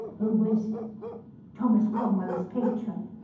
who was thomas cromwell's patron,